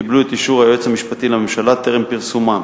קיבלו את אישור היועץ המשפטי לממשלה טרם פרסומם.